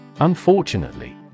Unfortunately